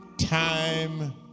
time